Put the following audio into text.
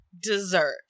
dessert